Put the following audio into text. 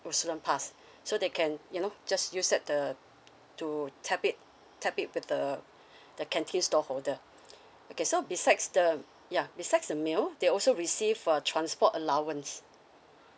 or student pass so they can you know just use that the to tap it tap it with the the canteen stall holder okay so besides the yeah besides the meal they also receive a transport allowance